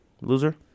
Loser